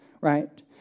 Right